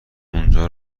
اونجا